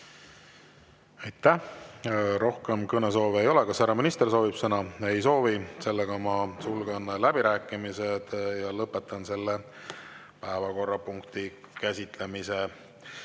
Aitäh! Rohkem kõnesoove ei ole. Kas härra minister soovib sõna? Ei soovi. Ma sulgen läbirääkimised ja lõpetan selle päevakorrapunkti käsitlemise.